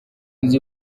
nzi